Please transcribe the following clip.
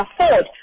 afford